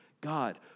God